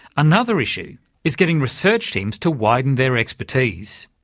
another issue is getting research teams to widen their expertise.